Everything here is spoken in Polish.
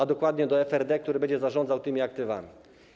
a dokładnie do FRD, który będzie zarządzał tymi aktywami.